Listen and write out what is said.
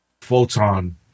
Photon